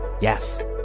yes